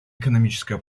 экономическая